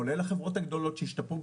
כולל החברות הגדולות שהשתפרו,